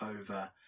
over